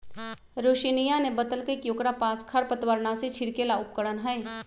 रोशिनीया ने बतल कई कि ओकरा पास खरपतवारनाशी छिड़के ला उपकरण हई